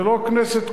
זה לא הכנסת קובעת,